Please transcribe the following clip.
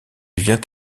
vient